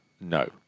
No